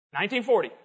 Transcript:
1940